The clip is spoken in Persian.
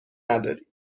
نداری